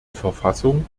verfassung